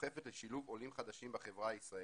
שדוחפת לשילוב עולים חדשים בחברה הישראלית.